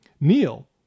Neil